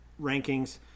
rankings